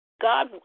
God